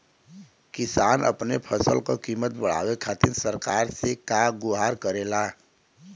किसान अपने फसल क कीमत बढ़ावे खातिर सरकार से का गुहार करेला?